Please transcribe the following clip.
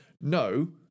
no